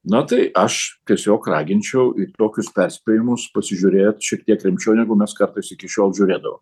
na tai aš tiesiog raginčiau į tokius perspėjimus pasižiūrėt šiek tiek rimčiau negu mes kartais iki šiol žiūrėdavo